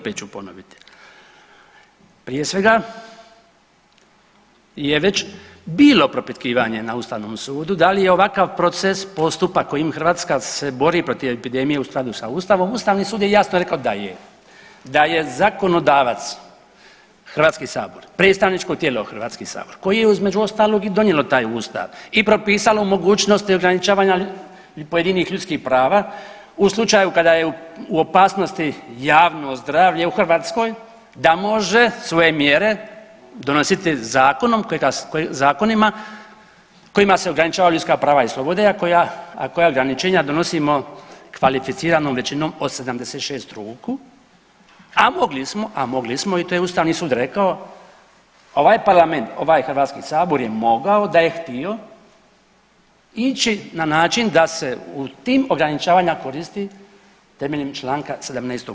Prije svega je već bilo propitkivanje na Ustavnom sudu da li je ovakav proces, postupak kojim Hrvatska se bori protiv epidemije u skladu sa Ustavom, Ustavni sud je jasno rekao da je zakonodavac Hrvatski sabor predstavničko tijelo Hrvatski sabor koje je između ostalog i donijelo taj Ustav i propisalo mogućnost i ograničavanja pojedinih ljudskih prava u slučaju kada je u opasnosti javno zdravlje u Hrvatskoj, da može svoje mjere donositi zakonima kojima se ograničavaju ljudska prava i slobode, a koja ograničenja donosimo kvalificiranom većinom od 76 ruku a mogli smo i to je Ustavni sud rekao ovaj Parlament, ovaj Hrvatski sabor je mogao da je htio ići na način da se u tim ograničavanjima koristi temeljem članka 17.